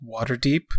Waterdeep